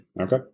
Okay